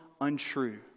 untrue